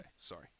Sorry